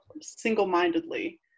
single-mindedly